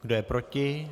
Kdo je proti?